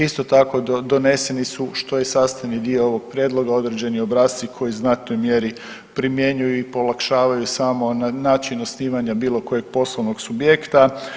Isto tako doneseni su što je sastavni dio ovog prijedloga određeni obrasci koji u znatnoj mjeri primjenjuju i polakšavaju samo način osnivanja bilo kojeg poslovnog subjekta.